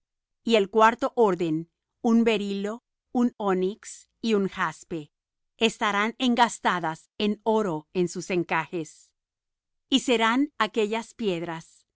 y el cuarto orden un berilo un onix y un jaspe estarán engastadas en oro en sus encajes y serán aquellas piedra